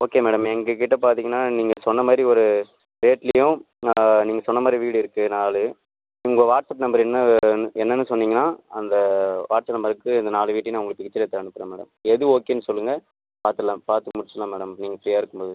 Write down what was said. okay madam எங்ககிட்ட பார்த்தீங்கன்னா நீங்கள் சொன்ன மாதிரி ஒரு ரேட்லையும் நீங்கள் சொன்ன மாதிரி வீடு இருக்குது நாலு உங்கள் வாட்ஸ்அப் நம்பர் என்ன என்னென்னு சொன்னீங்கன்னால் அந்த வாட்ஸ்அப் நம்பருக்கு இந்த நாலு வீட்டையும் நான் உங்களுக்கு பிக்ச்சர் எடுத்து அனுப்புகிறேன் மேடம் எது ஓகேன்னு சொல்லுங்கள் பார்த்துர்லாம் பார்த்து முடிச்சுடலாம் மேடம் நீங்கள் ஃப்ரீயாக இருக்கும் போது